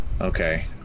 Okay